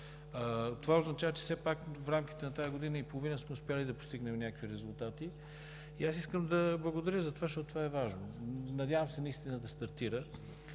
Това означава, че все пак в рамките на тази година и половина сме успели да постигнем някакви резултати. Аз искам да благодаря за това, защото е важно. Надявам се наистина да стартира,